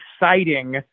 exciting